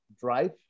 drive